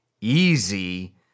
easy